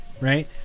right